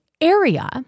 area